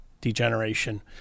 degeneration